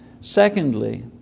Secondly